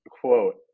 quote